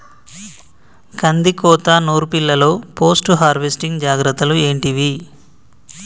కందికోత నుర్పిల్లలో post harvesting జాగ్రత్తలు ఏంటివి?